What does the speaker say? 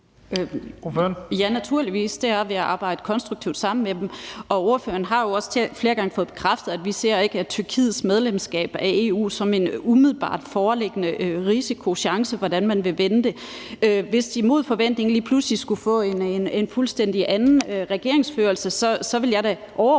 Ja, naturligvis, og det er ved at arbejde konstruktivt sammen med dem, og ordføreren har jo også flere gange fået bekræftet, at vi ikke ser Tyrkiets medlemskab af EU som en umiddelbart foreliggende risiko eller chance, eller hvordan man vil vende det. Hvis de mod forventning lige pludselig skulle få en fuldstændig anden regeringsførelse, så vil jeg da overordnet